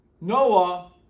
Noah